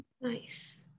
Nice